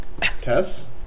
Tess